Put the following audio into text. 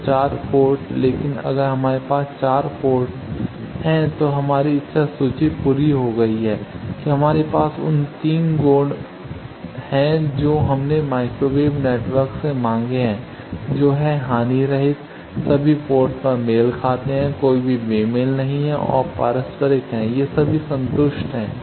तो 4 पोर्ट लेकिन अगर हमारे पास 4 पोर्ट हैं तो हमारी इच्छा सूची पूरी हो गई है कि हमारे पास उन 3 गुण हैं जो हमने माइक्रोवेव नेटवर्क से मांगे हैं जो हानिरहित हैं सभी पोर्ट पर मेल खाते हैं कोई भी बेमेल नहीं हैं और पारस्परिक हैं सभी संतुष्ट हैं